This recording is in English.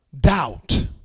doubt